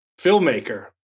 filmmaker